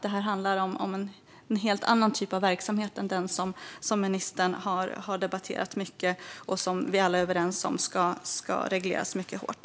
Det här handlar om en helt annan typ av verksamhet än den som ministern har debatterat mycket och som vi alla är överens om ska regleras mycket hårt.